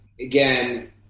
again